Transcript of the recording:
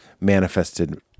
manifested